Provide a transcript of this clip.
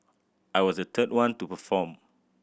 I was a third one to perform